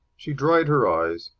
she dried her eyes,